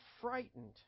frightened